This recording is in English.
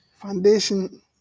Foundation